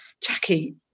Jackie